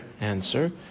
answer